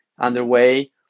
underway